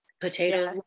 Potatoes